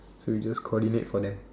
we just coordinate for them